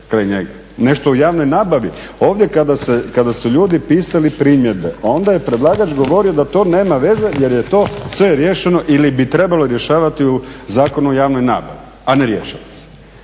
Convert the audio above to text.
nešto o javnoj nabavi. Ovdje kada su ljudi pisali primjedbe onda je predlagač govorio da to nema veze jer je to sve riješeno ili bi trebalo rješavati u Zakonu o javnoj nabavi, a ne rješava se.